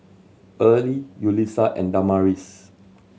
Earley Yulissa and Damaris